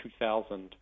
2,000